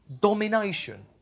domination